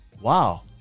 wow